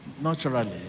Naturally